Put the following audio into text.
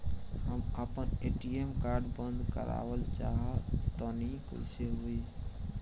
हम आपन ATM card बंद करावल चाह तनि कइसे होई?